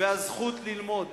והזכות ללמוד,